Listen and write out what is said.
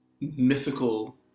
mythical